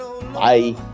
Bye